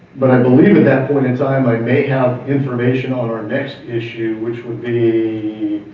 but i believe at that point in time i may have information on our next issue. which would be,